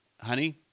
honey